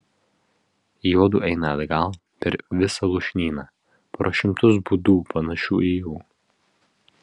juodu eina atgal per visą lūšnyną pro šimtus būdų panašių į jų